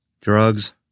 Drugs